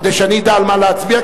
כדי שאני אדע על מה להצביע,